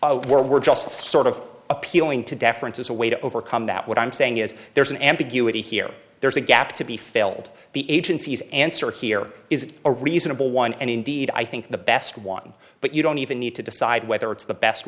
where we're just sort of appealing to deference is a way to overcome that what i'm saying is there's an ambiguity here there's a gap to be failed the agencies answer here is a reasonable one and indeed i think the best one but you don't even need to decide whether it's the best